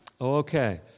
okay